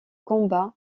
combat